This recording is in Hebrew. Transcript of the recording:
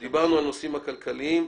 דיברנו על הנושאים הכלכליים.